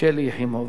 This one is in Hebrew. שלי יחימוביץ.